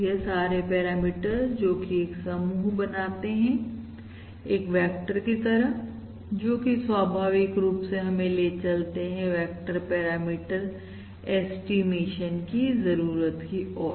यह सारे पैरामीटर्स जो कि एक समूह बनाते हैं एक वेक्टर की तरह जो कि स्वाभाविक रूप से हमें ले चलते हैं वेक्टर पैरामीटर ऐस्टीमेशन की जरूरत की ओर